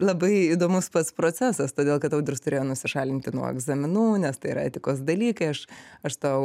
labai įdomus pats procesas todėl kad audrius turėjo nusišalinti nuo egzaminų nes tai yra etikos dalykai aš aš stojau